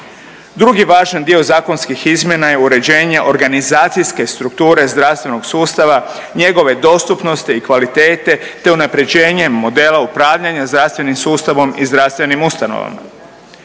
Drugi važan dio zakonskih izmjena je uređenje organizacijske strukture zdravstvenog sustava, njegove dostupnosti i kvalitete te unapređenje modela upravljanja zdravstvenim sustavom i zdravstvenim ustanovama.